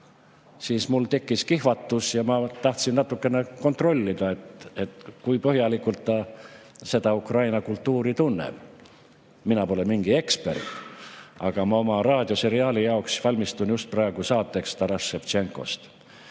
siis mul tekkis kihvatus ja ma tahtsin natukene kontrollida, kui põhjalikult ta Ukraina kultuuri tunneb. Mina pole mingi ekspert, aga ma oma raadioseriaali jaoks valmistun saateksTarass Ševtšenkost.